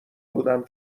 بودم